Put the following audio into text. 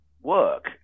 work